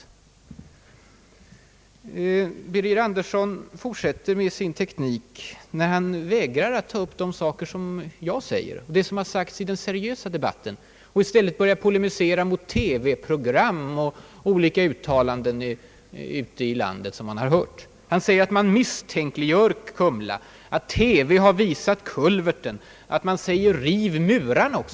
Herr Birger Andersson fortsätter med samma teknik när han vägrar att ta upp de saker som jag framfört och vad som har sagts i den seriösa debatten. I stället polemiserar han mot TV-program och olika uttalanden som har gjorts ute i landet och som han har hört. Han säger att man »misstänkliggör» Kumla, att TV har visat kulverten, att man vill »riva murarna» etc.